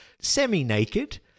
semi-naked